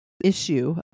issue